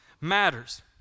matters